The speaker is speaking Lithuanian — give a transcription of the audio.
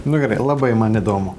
nu gerai labai man įdomu